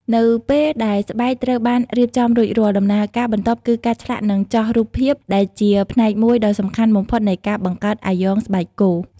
នៅពេលដែលស្បែកត្រូវបានរៀបចំរួចរាល់ ដំណើរការបន្ទាប់គឺការឆ្លាក់និងចោះរូបភាពដែលជាផ្នែកមួយដ៏សំខាន់បំផុតនៃការបង្កើតអាយ៉ងស្បែកគោ។